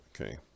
Okay